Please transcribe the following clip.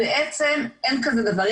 בעצם אין כזה דבר.